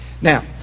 Now